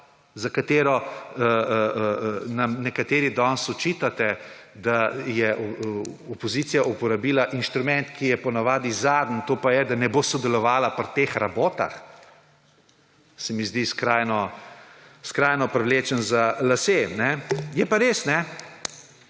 za katero nam nekateri danes očitate, da je opozicija uporabila inštrument, ki je po navadi zadnji, to pa je, da ne bo sodelovala pri teh rabotah, se mi zdi skrajno privlečeno za lase. Je pa res,